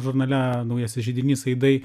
žurnale naujasis židinys aidai